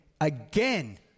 again